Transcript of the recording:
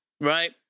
right